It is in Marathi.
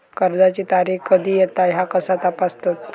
कर्जाची तारीख कधी येता ह्या कसा तपासतत?